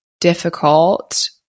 difficult